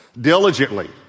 diligently